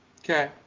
Okay